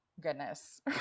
goodness